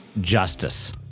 justice